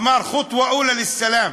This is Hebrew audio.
אמר: ח'טוה אולא לסאלם.